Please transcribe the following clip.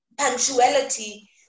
punctuality